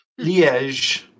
Liège